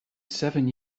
seven